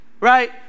right